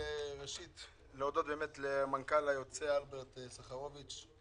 אני רוצה להודות למנכ"ל היוצא אלברט סחרוביץ'.